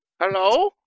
Hello